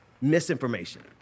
misinformation